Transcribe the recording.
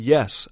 Yes